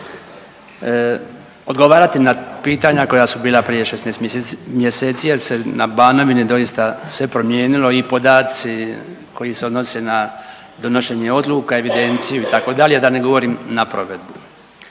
odgovarati na pitanja koja su bila prije 16 mjeseci jer se na Banovini doista sve promijenilo i podaci koji se odnose na donošenje odluka, evidenciju itd., da ne govorim na provedbu.